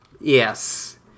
Yes